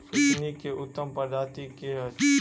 सुथनी केँ उत्तम प्रजाति केँ अछि?